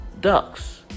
ducks